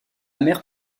mère